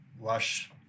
lush